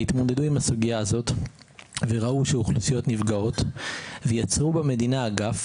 שם התמודדו עם הסוגיה הזאת וראו שאוכלוסיות נפגעות ויצרו במדינה אגף